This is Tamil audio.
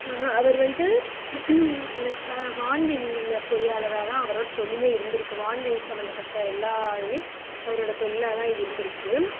அவர் வந்துட்டு என்ன வான் வெளியில் பொறியாளராகதான் அவர் ஒரு தொழிலே இருந்திருக்கு வான்வெளி சம்மந்தப்பட்ட எல்லாதுமே அவரோடய தொழிலாதான் இருந்திருக்கு